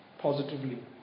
positively